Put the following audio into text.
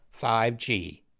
5G